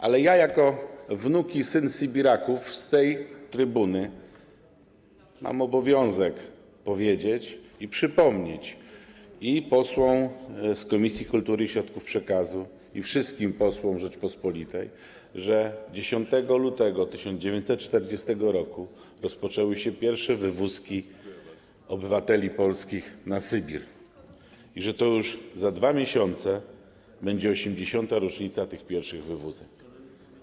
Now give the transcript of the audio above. Ale ja jako wnuk i syn Sybiraków mam obowiązek z tej trybuny powiedzieć i przypomnieć posłom z Komisji Kultury i Środków Przekazu i wszystkim posłom Rzeczypospolitej, że 10 lutego 1940 r. rozpoczęły się pierwsze wywózki obywateli polskich na Sybir i że już za 2 miesiące będzie 80. rocznica tych pierwszych wywózek.